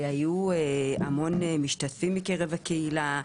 היו המון משתתפים מקרב הקהילה,